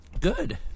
Good